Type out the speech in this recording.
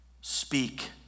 speak